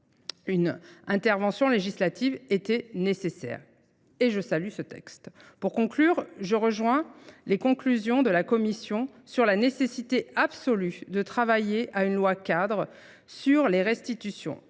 une intervention législative était nécessaire. Et je salue ce texte. Pour conclure, je rejoins les conclusions de la Commission sur la nécessité absolue de travailler à une loi cadre sur les restitutions.